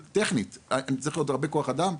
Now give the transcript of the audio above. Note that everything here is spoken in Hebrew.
טכנית אני צריך עוד הרבה כוח אדם,